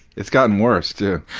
it's gotten worse, too.